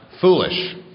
foolish